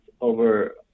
over